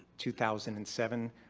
two thousand and seven,